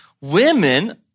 women